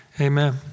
Amen